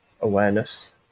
awareness